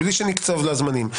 בלי שנקצוב לה זמנים.